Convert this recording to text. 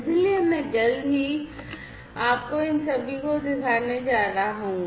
इसलिए मैं जल्द ही आपको इन सभी को दिखाने जा रहा हूं